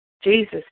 Jesus